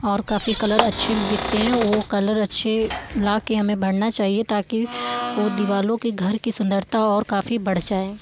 और काफ़ी कलर अच्छे भी बिकते हैं वो कलर अच्छे लाके हमें भरना चाहिए ताकि वो दीवालों के घर की सुंदरता और काफ़ी बढ़ जाए